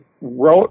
wrote